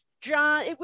John